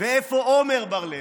ואיפה עמר בר לב?